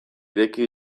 ireki